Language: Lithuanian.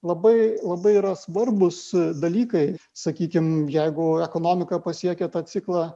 labai labai yra svarbūs dalykai sakykim jeigu ekonomika pasiekia tą ciklą